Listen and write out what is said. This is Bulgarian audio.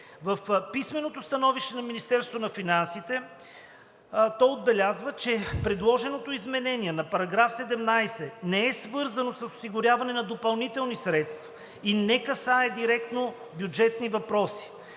В писменото становище на Министерството на финансите се отбелязва, че предложеното изменение на § 17 не е свързано с осигуряване на допълнителни средства и не касае директно бюджетни въпроси.